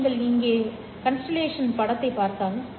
நீங்கள் இங்கே விண்மீன் வரைபடத்திற்குச் செல்லுங்கள்